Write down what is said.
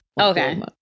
Okay